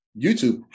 YouTube